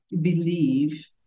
believe